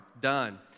done